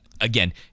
again